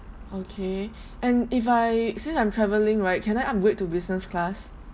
okay and if I since I'm travelling right can I upgrade to business class